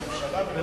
לא בממשלה ולא,